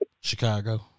Chicago